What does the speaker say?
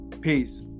Peace